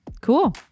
cool